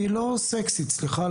היא לא סקסית סליחה.